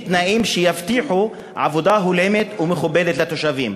תנאים שיבטיחו עבודה הולמת ומכובדת כלפי התושבים.